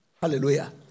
Hallelujah